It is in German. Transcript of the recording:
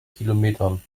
kilometern